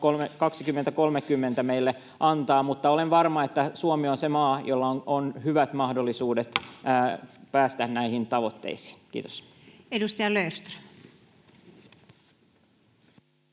2030 meille antaa, mutta olen varma, että Suomi on se maa, jolla on hyvät mahdollisuudet päästä näihin tavoitteisiin. — Kiitos. [Speech 62]